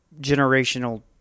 generational